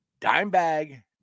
Dimebag